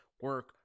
Work